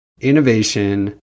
innovation